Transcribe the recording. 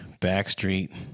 Backstreet